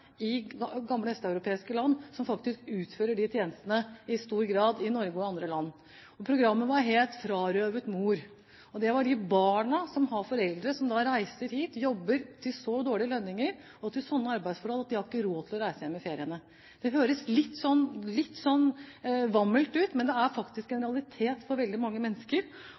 land som faktisk utfører disse tjenestene i stor grad i Norge og andre land. Programmet het «Vaskehjelpens forlatte barn», og det var om barn som har foreldre som reiser hit og jobber til så dårlige lønninger og slike arbeidsforhold at de ikke har råd til å reise hjem i feriene. Det høres litt vammelt ut, men det er faktisk en realitet for veldig mange mennesker.